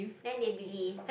then they believe